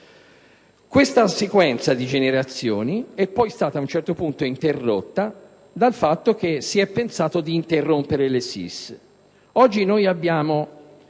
Questa sequenza di generazioni è stata ad un certo punto bloccata dal fatto che si è pensato di interrompere le SSIS.